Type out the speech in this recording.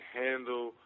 handle